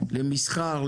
למסחר,